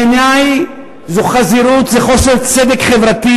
בעיני זו חזירות, זה חוסר צדק חברתי,